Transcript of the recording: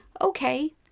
Okay